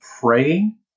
praying